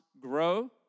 grow